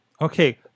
okay